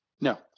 No